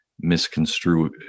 misconstrue